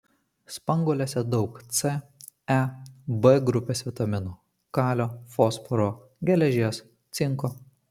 spanguolėse daug c e b grupės vitaminų kalio fosforo geležies cinko